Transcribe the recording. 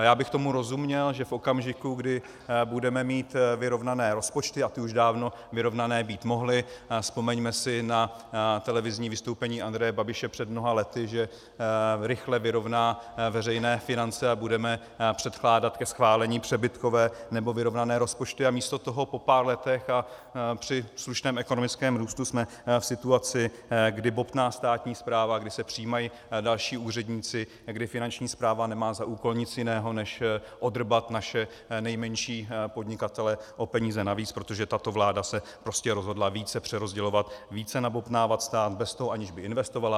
Já bych tomu rozuměl, že v okamžiku, kdy budeme mít vyrovnané rozpočty a už dávno vyrovnané být mohly, vzpomeňme si na televizní vystoupení Andreje Babiše před mnoha lety, že rychle vyrovná veřejné finance a budeme předkládat ke schválení přebytkové nebo vyrovnané rozpočty, a místo toho po pár letech při slušném ekonomickém růstu jsme v situaci, kdy bobtná státní správa, kdy se přijímají další úředníci, kdy Finanční správa nemá za úkol nic jiného než odrbat naše nejmenší podnikatele o peníze navíc, protože tato vláda se prostě rozhodla více přerozdělovat, více nabobtnávat stát bez toho, aniž by investovala.